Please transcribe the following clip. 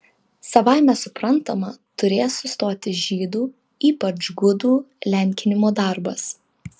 savaime suprantama turės sustoti žydų ypač gudų lenkinimo darbas